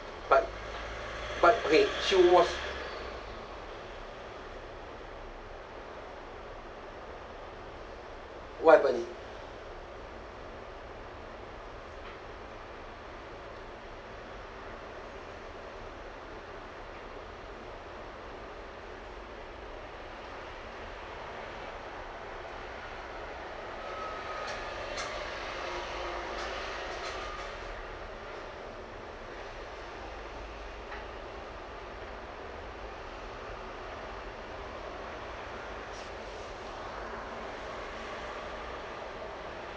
but but okay she was what happen